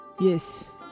Yes